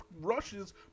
rushes